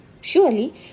Surely